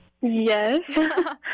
Yes